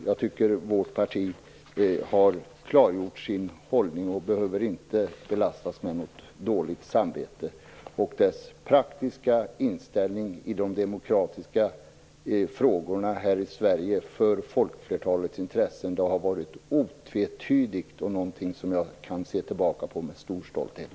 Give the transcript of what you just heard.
Jag tycker att vårt parti har klargjort sin hållning och inte behöver belastas med något dåligt samvete. Dess praktiska inställning i de demokratiska frågorna här i Sverige för folkflertalets intressen har varit otvetydig och något som jag kan se tillbaka på med stor stolthet.